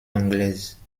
anglaise